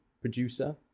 producer